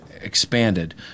expanded